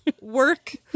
work